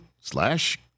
slash